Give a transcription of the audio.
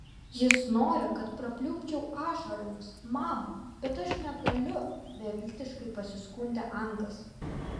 jis nori kad prapliupčiau ašaromis mama bet aš negaliu beviltiškai pasiskundė angas